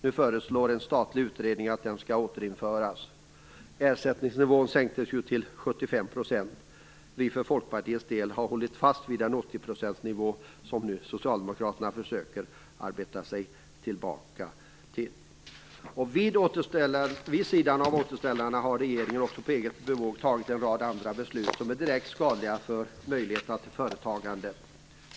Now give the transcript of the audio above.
Nu föreslår en statlig utredning att den skall återinföras. Ersättningsnivån sänktes till 75 %. För Folkpartiets del har vi hållit fast vid den 80 procentsnivå som nu Socialdemokraterna försöker arbeta sig tillbaka till. Vid sidan av återställarna har regeringen också på eget bevåg fattat en rad andra beslut som är direkt skadliga för möjligheterna till företagande.